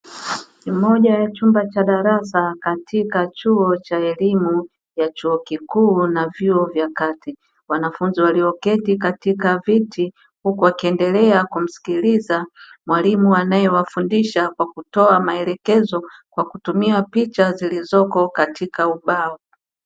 Moja ya chumba cha darasa katika chuo cha elimu ya chuo kikuu na vyuo vya kati wanafunzi walioketi katika viti huku wakiendelea kumsikiliza mwalimu anaewafundisha kwa kutoa maelekezo kwa kutumia picha zilizoko katika ubao.